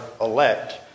elect